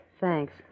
Thanks